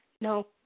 No